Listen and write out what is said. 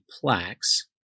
plaques